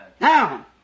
Now